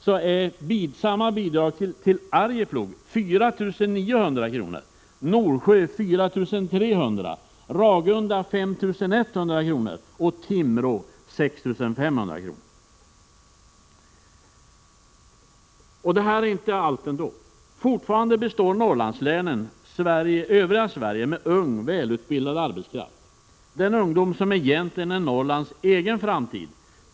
per barn, är samma bidrag till Arjeplog 4 900 kr., Norsjö 4 300 kr., Ragunda 5 100 kr. och Timrå 6 500 kr. Och detta är inte allt. Fortfarande består Norrlandslänen övriga Sverige med ung, välutbildad arbetskraft, den ungdom som egentligen är Norrlands egen framtid.